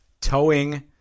Towing